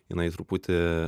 jinai truputį